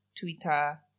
Twitter